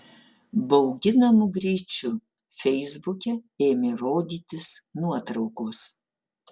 bauginamu greičiu feisbuke ėmė rodytis nuotraukos